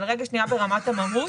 אבל נדבר לרגע ברמת המהות.